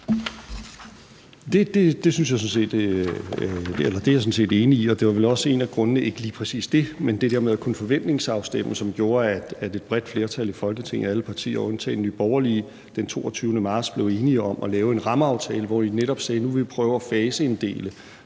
Det er jeg sådan set enig i, og det var vel også en af grundene til – ikke lige præcis dét, men det der med at kunne forventningsafstemme – at et bredt flertal i Folketinget, alle partier undtagen Nye Borgerlige, den 22. marts blev enige om at lave en rammeaftale, hvor vi netop sagde, at vi nu ville prøve at faseinddele,